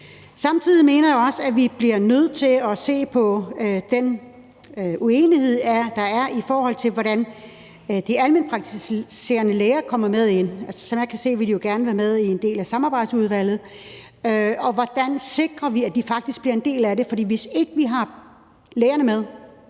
Samtidig mener jeg også, at vi bliver nødt til at se på den uenighed, der er, i forhold til hvordan de almenpraktiserende læger kommer med ind. Som jeg kan se det, vil de jo gerne være med i en del af samarbejdsudvalget. Og hvordan sikrer vi, at de faktisk bliver en del af det? For hvis ikke vi har lægerne med,